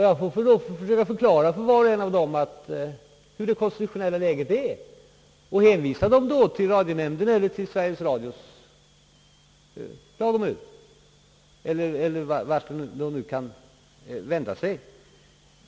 Jag får då försöka förklara för var och en av dem hur det konstitutionella läget är och hänvisa dem till radionämnden eller Sveriges Radios klagomur — eller vart de nu kan vända sig.